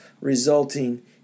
resulting